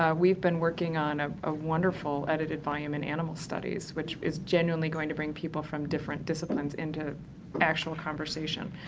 ah we've been working on a ah wonderful edited volume in animal studies, which is genuinely going to bring people from different disciplines into actual conversation.